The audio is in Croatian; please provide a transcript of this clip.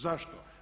Zašto?